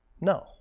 No